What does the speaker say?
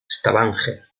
stavanger